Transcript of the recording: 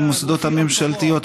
במוסדות הממשלתיים,